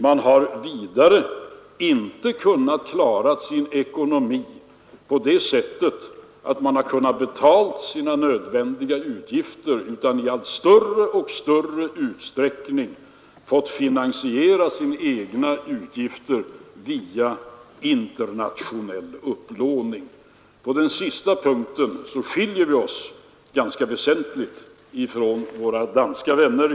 Man har vidare inte kunnat klara sin ekonomi på det sättet att man kunnat betala sina nödvändiga utgifter utan har i allt större utsträckning fått finansiera sina egna utgifter via internationell upplåning. På den sista punkten skiljer vi oss ganska väsentligt från våra danska vänner.